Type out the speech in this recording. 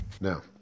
Now